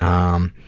um,